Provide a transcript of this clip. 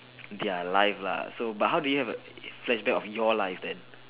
their life lah so but how do you have a flashback of your life then